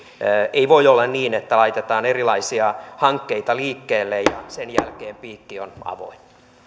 ei voi olla niin että laitetaan erilaisia hankkeita liikkeelle ja sen jälkeen piikki on avoin